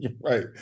right